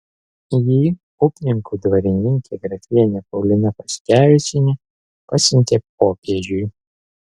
jį upninkų dvarininkė grafienė paulina paškevičienė pasiuntė popiežiui